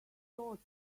thought